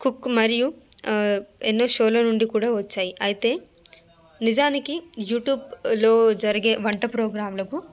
cook మరియు ఎన్నో షోల నుండి కూడా వచ్చాయి అయితే నిజానికి యూట్యూబ్లో జరిగే వంట ప్రోగ్రామ్లకు